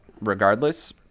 regardless